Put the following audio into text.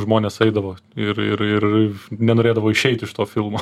žmonės eidavo ir ir ir nenorėdavo išeit iš to filmo